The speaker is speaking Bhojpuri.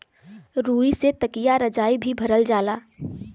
रुई से तकिया रजाई भी भरल जाला